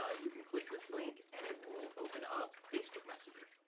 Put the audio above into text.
ah you can click this link and it will open up facebook messenger.